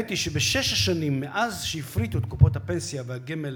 והראיתי שבשש השנים מאז שהפריטו את קופות הפנסיה והגמל